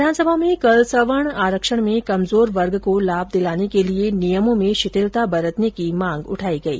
विघानसभा में कल सवर्ण आरक्षण में कमजोर वर्ग को लाभ दिलाने के लिए नियमों में शिथिलता बरतने की मांग उठाई गई